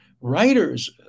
writers